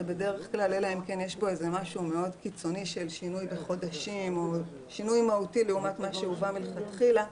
אלא אם יש שינוי מאוד קיצוני ומהותי לעומת מה שהובא מלכתחילה,